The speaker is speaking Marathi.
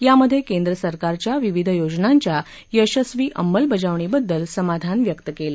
यामध्ये केंद्र सरकारच्या विविध योजनांच्या यशस्वी अंमलबजावणीबददल समाधान व्यक्त केलं